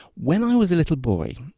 when i was a little boy,